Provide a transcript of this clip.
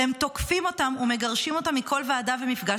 "הם תוקפים אותם ומגרשים אותם מכל ועדה ומפגש,